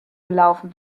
gelaufen